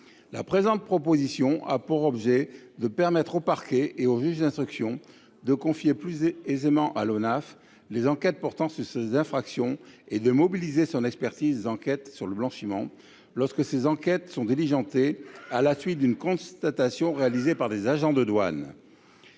amendement a pour objet de permettre aux parquets et aux juges d’instruction de confier plus aisément à l’Onaf les enquêtes portant sur ces infractions et de mobiliser son expertise sur le blanchiment lorsque les enquêtes sont diligentées à la suite d’une constatation réalisée par des agents des douanes.